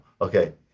okay